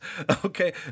okay